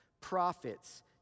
prophets